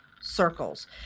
circles